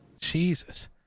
Jesus